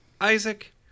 Isaac